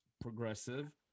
progressive